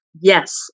Yes